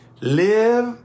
live